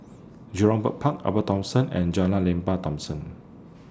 Jurong Bird Park Upper Thomson and Jalan Lembah Thomson